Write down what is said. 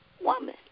woman